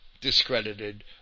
discredited